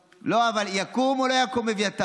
אופיר,